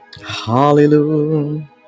Hallelujah